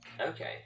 Okay